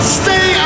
stay